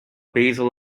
basil